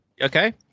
Okay